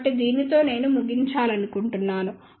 కాబట్టి దీనితో నేను ముగించాలనుకుంటున్నాను